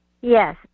Yes